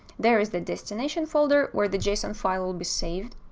there is the destination folder where the json file will be saved.